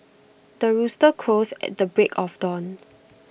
the rooster crows at the break of dawn